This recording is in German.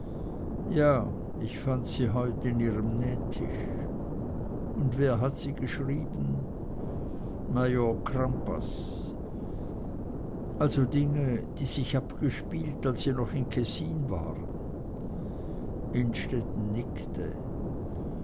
ja ich fand sie heut in ihrem nähtisch und wer hat sie geschrieben major crampas also dinge die sich abgespielt als sie noch in kessin waren innstetten nickte